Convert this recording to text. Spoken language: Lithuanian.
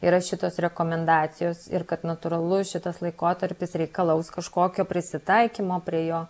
yra šitos rekomendacijos ir kad natūralu šitas laikotarpis reikalaus kažkokio prisitaikymo prie jo